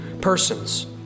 persons